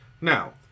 Now